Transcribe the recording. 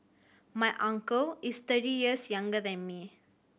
my uncle is thirty years younger than me